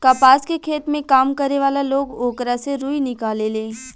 कपास के खेत में काम करे वाला लोग ओकरा से रुई निकालेले